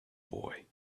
boy